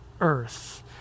earth